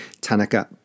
Tanaka